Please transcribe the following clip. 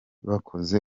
bakoze